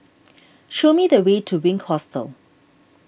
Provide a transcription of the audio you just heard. show me the way to Wink Hostel